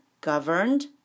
governed